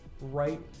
right